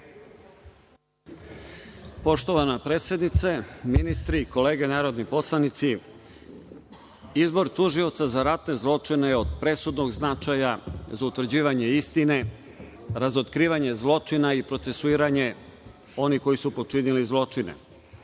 Poštovana predsednice, ministri, kolege narodni poslanici, izbor Tužioca za ratne zločine je od presudnog značaja za utvrđivanje istine, razotkrivanja zločina i procesuiranje onih koji su počinili zločine. Na